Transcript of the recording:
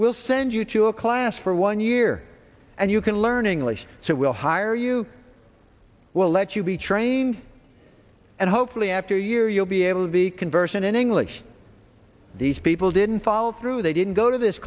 we'll send you to a class for one year and you can learn english so we'll hire you we'll let you be trained and hopefully after a year you'll be able to be conversant in english these people didn't fall through they didn't go to this